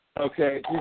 Okay